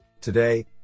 Today